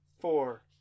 four